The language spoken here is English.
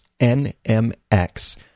NMX